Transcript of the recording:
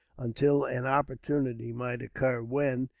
until an opportunity might occur when,